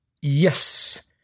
Yes